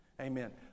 Amen